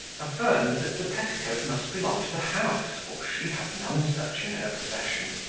affirmed that the petticoat must belong to the house, for she had none such in her possession.